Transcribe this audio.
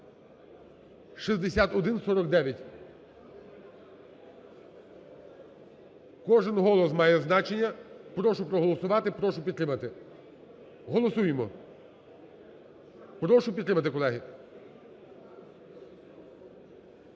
6149. Кожен голос має значення, прошу проголосувати, прошу підтримати. Голосуємо, прошу підтримати, колеги.